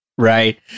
Right